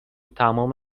تمام